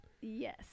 Yes